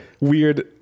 Weird